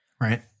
Right